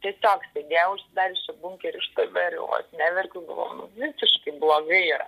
tiesiog sėdėjau užsidariusi bunkery štabe ir jau vos neverkiau galvojau nu visiškai blogai yra